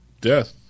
death